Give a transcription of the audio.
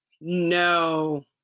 No